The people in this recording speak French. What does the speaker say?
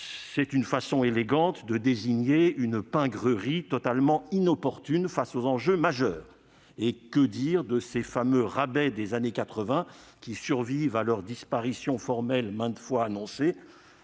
est une façon élégante de désigner une pingrerie totalement inopportune face à l'importance des enjeux. Et que dire de ces fameux rabais des années 1980, qui survivent à leur disparition formelle, maintes fois annoncée ?